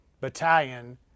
battalion